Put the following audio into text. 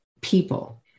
people